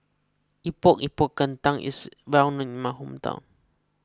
Epok Epok Kentang is well known in my hometown